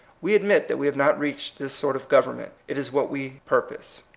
we admit that we have not reached this sort of government. it is what we purpose.